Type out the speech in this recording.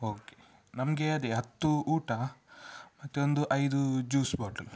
okay ನಮಗೆ ಅದೇ ಹತ್ತು ಊಟ ಮತ್ತೆ ಒಂದು ಐದು ಜ್ಯೂಸ್ ಬಾಟಲ್